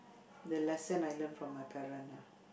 the lesson I learn from my parent ah